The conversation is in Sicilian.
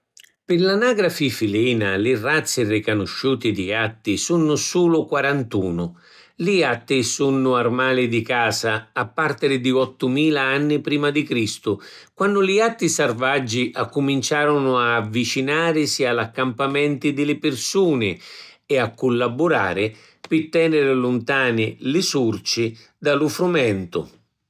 Pi l’anagrafi filina, li razzi ricanusciuti di jatti sunnu sulu quarantunu. Li jatti sunnu armali di casa a partiri di ottumila anni prima di Cristu, quannu li jatti sarvaggi accuminciarunu a avvicinarisi a l’accampamenti di li pirsuni e a cullaburari pi teniri luntani li surci da lu frumentu.